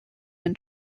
and